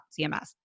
CMS